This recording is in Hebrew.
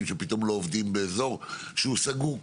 שפתאום לא עובדים באזור שהוא סגור כולו,